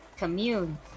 Commune